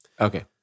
Okay